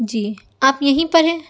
جی آپ یہیں پر ہیں